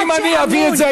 אם אני אביא את זה,